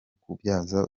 kubyaza